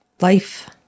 Life